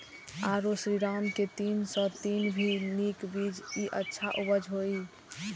आरो श्रीराम के तीन सौ तीन भी नीक बीज ये अच्छा उपज होय इय?